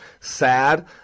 Sad